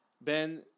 Ben